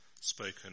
spoken